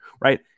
right